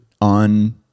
on